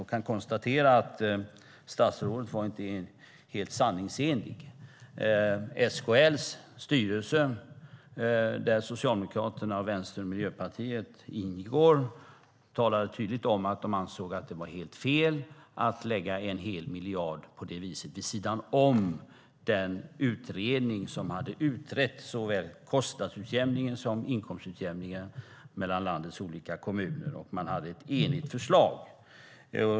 Jag kan konstatera att statsrådet inte var helt sanningsenlig - SKL:s styrelse, där Socialdemokraterna, Vänstern och Miljöpartiet ingår, talade tydligt om att de ansåg att det var helt fel att på det viset lägga en hel miljard vid sidan om den utredning som hade utrett såväl kostnadsutjämningen som inkomstutjämningen mellan landets olika kommuner och hade ett enigt förslag.